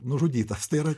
nužudytas tai yra